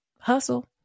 Hustle